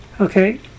Okay